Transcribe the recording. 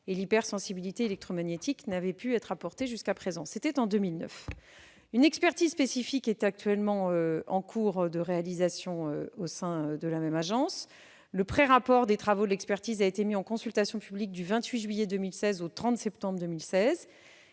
et l'hypersensibilité électromagnétique n'a pu être apportée jusqu'à présent ». Une expertise spécifique est en cours de réalisation au sein de la même agence. Le prérapport des travaux d'expertise a été mis en consultation publique du 28 juillet 2016 au 30 septembre 2016.